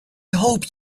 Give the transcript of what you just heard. hope